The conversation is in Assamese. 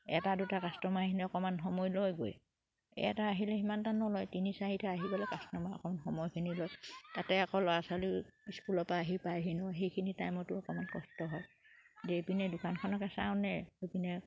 এটা দুটা কাষ্টমাৰখিনি অকমান সময় লৈ গৈ এটা আহিলে সিমান এটা নলয় তিনি চাৰিটা আহি পেলাই কাষ্টমাৰ অকণমান সময়খিনি লয় তাতে আকৌ ল'ৰা ছোৱালী স্কুলৰ পৰা আহি পায়হি ন সেইখিনি টাইমতো অকমান কষ্ট হয় দোকানখনকে চাওঁনে